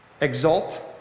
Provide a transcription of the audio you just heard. exalt